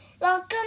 Welcome